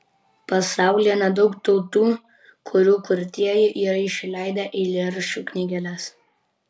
pasaulyje nedaug tautų kurių kurtieji yra išleidę eilėraščių knygeles